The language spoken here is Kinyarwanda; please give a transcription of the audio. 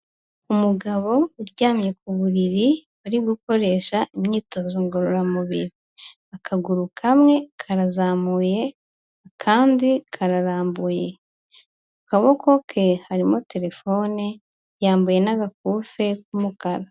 Umugabo uryamye ku buriri bari gukoresha imyitozo ngororamubiri, akaguru kamwe karazamuye akandi kararambuye, akaboko ke harimo terefone yambaye n'agakufi k'umukara.